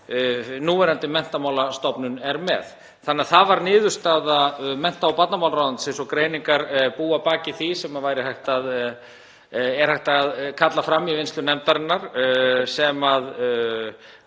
núverandi Menntamálastofnun er með. Það var niðurstaða mennta- og barnamálaráðuneytisins og greiningar búa að baki því, sem er hægt að kalla fram í vinnslu nefndarinnar, sem